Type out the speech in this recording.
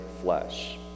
flesh